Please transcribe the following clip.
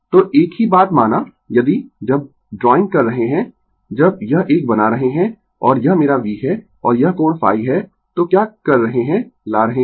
तो एक ही बात माना यदि जब ड्राइंग कर रहे है जब यह एक बना रहे है और यह मेरा V है और यह कोण ϕ है तो क्या कर रहे है ला रहे है